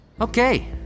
Okay